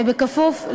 ובכפוף,